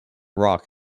rock